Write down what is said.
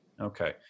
Okay